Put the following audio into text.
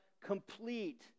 complete